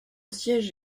siège